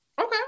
Okay